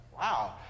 wow